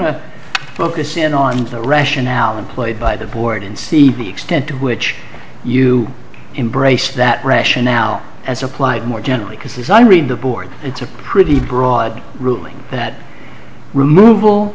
to focus in on the rationale employed by the board and see the extent to which you embrace that rationale as applied more generally because these i read the board and took a pretty broad ruling that removal